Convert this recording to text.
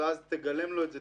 ואז תגלם לו את זה,